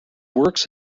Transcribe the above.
works